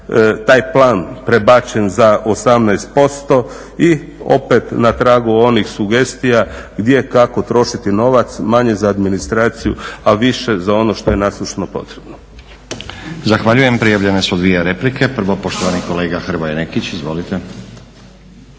taj plan prebačen za 18% i opet na tragu onih sugestija gdje, kako trošiti novac, manje za administraciju, a više za ono što je nasušno potrebno.